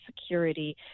security